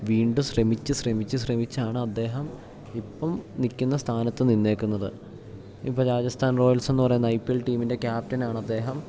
വീണ്ടും ശ്രമിച്ചു ശ്രമിച്ചു ശ്രമിച്ചാണ് അദ്ദേഹം ഇപ്പം നിൽക്കുന്ന സ്ഥാനത്ത് നിന്നേക്കുന്നത് ഇപ്പം രാജസ്ഥാൻ റോയൽസ് എന്നു പറയുന്ന ഐ പി എൽ ടീമിൻ്റെ ക്യാപ്റ്റനാണ് അദ്ദേഹം